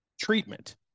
treatment